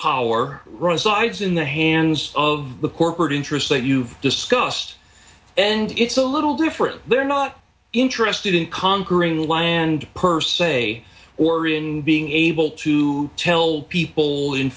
resides in the hands of the corporate interests that you've discussed and it's a little different they're not interested in conquering land per se or in being able to tell people in